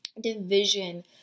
division